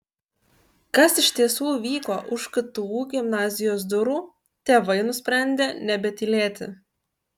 kas iš tiesų vyko už ktu gimnazijos durų tėvai nusprendė nebetylėti